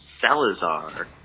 salazar